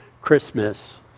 Christmas